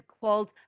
called